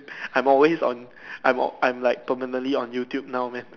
I'm always on I'm all I'm like permanently on YouTube now man